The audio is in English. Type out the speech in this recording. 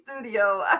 studio